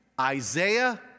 Isaiah